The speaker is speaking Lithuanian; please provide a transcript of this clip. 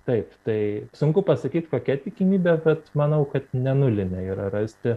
taip tai sunku pasakyt kokia tikimybė bet manau kad ne nulinė yra rasti